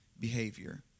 behavior